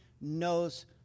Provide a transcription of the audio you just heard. knows